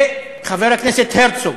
לחבר הכנסת הרצוג: